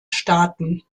staaten